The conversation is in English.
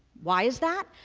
why is that?